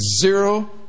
zero